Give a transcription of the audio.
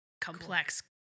complex